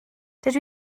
dydw